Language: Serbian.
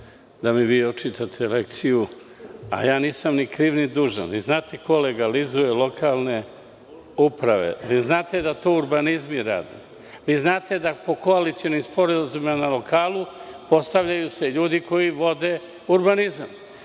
da mi vi očitate lekciju, a nisam ni kriv ni dužan. Znate li ko legalizuje? Lokalne uprave. Vi znate da to urbanizmi rade. Vi znate da se po koalicionim sporazumima na lokalu postavljaju ljudi koji vode urbanizam.